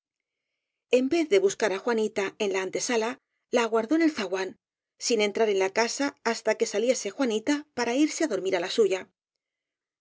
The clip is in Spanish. en vez de buscar á juanita en la antesala la aguardó en el zaguán sin entrar en la casa hasta que saliese juanita para irse á dormir á la suya